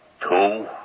two